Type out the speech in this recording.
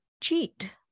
cheat